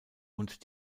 und